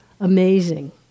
amazing